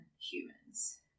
humans